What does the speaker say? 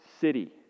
city